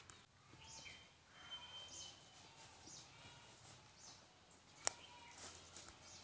कोनो ल बिहा बर, तबियत खराब, मकान बनाए बर भविस निधि ले अगरिम पइसा हिंकाले बर अहे ता ऑनलाईन फारम भइर सकत अहे